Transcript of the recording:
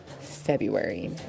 February